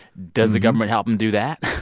does the government help them do that?